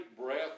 breath